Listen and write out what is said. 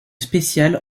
spécial